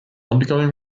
undergoing